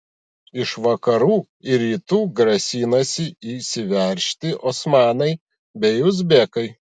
iš vakarų ir rytų grasinasi įsiveržti osmanai bei uzbekai